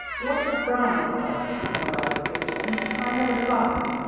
what does brown look like? interrupted peterson. i never saw him.